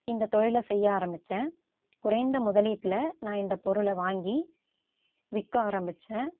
இந்த தொழிலை செய்ய ஆரம்மிச்சேன் குறைந்த முதலீட்டில் நான் இந்த பொருளை வாங்கி விற்க ஆரம்மிச்சேன்